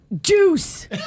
Juice